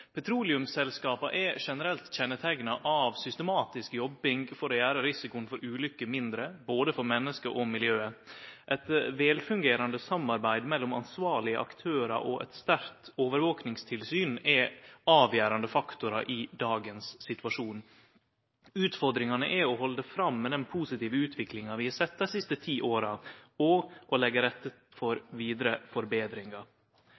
er generelt kjenneteikna av systematisk jobbing for å gjere risikoen for ulukker mindre, både for menneske og miljøet. Eit velfungerande samarbeid mellom ansvarlege aktørar og eit sterkt overvakingstilsyn er avgjerande faktorar i dagens situasjon. Utfordringane er å halde fram med den positive utviklinga vi har sett dei siste ti åra, og å leggje til rette